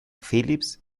phillips